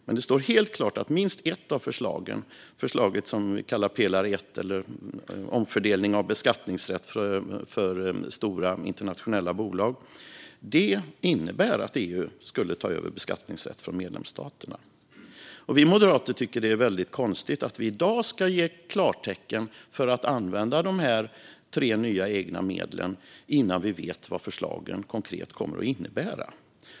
Men det står helt klart att minst ett av förslagen, det vi kallar pelare 1 eller omfördelning av beskattningsrätt för stora internationella bolag, innebär att EU tar över beskattningsrätt från medlemsstaterna. Vi moderater tycker att det är konstigt att vi i dag ska ge klartecken för att använda dessa tre nya egna medel innan vi vet vad förslagen konkret kommer att innebära.